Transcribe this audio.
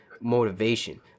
motivation